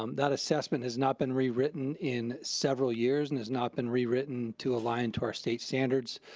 um that assessment has not been rewritten in several years and has not been rewritten to align to our state standards.